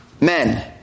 Men